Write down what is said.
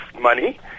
money